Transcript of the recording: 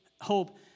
hope